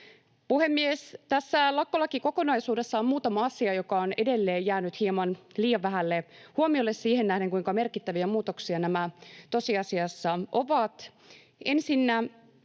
Puhemies! Tässä lakkolakikokonaisuudessa on muutama asia, jotka ovat edelleen jääneet hieman liian vähälle huomiolle siihen nähden, kuinka merkittäviä muutoksia nämä tosiasiassa ovat. Ensinnä: